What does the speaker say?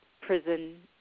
prison